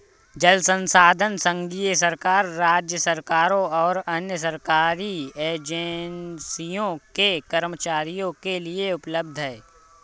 यह संसाधन संघीय सरकार, राज्य सरकारों और अन्य सरकारी एजेंसियों के कर्मचारियों के लिए उपलब्ध है